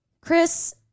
Chris